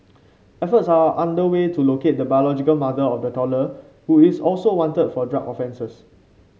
efforts are underway to locate the biological mother of the toddler who is also wanted for drug offences